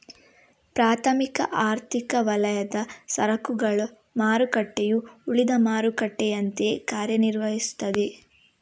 ಪ್ರಾಥಮಿಕ ಆರ್ಥಿಕ ವಲಯದ ಸರಕುಗಳ ಮಾರುಕಟ್ಟೆಯು ಉಳಿದ ಮಾರುಕಟ್ಟೆಯಂತೆಯೇ ಕಾರ್ಯ ನಿರ್ವಹಿಸ್ತದೆ